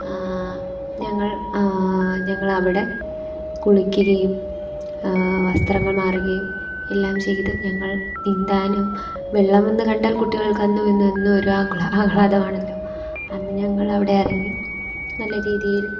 ഞങ്ങൾ ഞങ്ങൾ അവിടെ കുളിക്കുകയും വസ്ത്രങ്ങൾ മാറുകയും എല്ലാം ചെയ്ത് ഞങ്ങൾ നീന്താനും വെള്ളമെന്ന് കണ്ടാൽ കുട്ടികൾക്ക് അന്നും ഇന്നും എന്നും ഒരു ആഗ്ലാ ആഹ്ളാദം ആണല്ലോ അന്ന് ഞങ്ങൾ അവിടെ ഇറങ്ങി നല്ല രീതിയിൽ